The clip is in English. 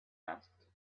asked